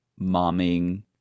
momming